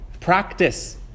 Practice